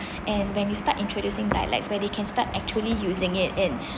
and when you start introducing dialects where they can start actually using it in